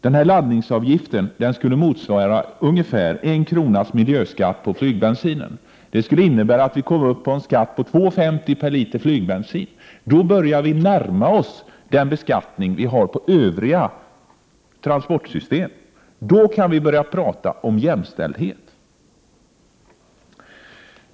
Denna landningsavgift skulle motsvara ungefär 1 kronas miljöskatt på flygbensinen. Vi skulle komma upp till 2:50 per liter flygbensin. Då börjar vi närma oss den beskattning som finns på övriga transportsystem. Först då kan vi börja tala om jämställdhet.